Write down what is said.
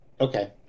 Okay